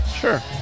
Sure